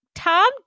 Tom